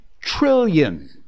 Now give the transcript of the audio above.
trillion